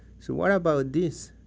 so what about this?